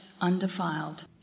undefiled